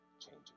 changes